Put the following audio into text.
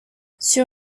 sur